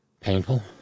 painful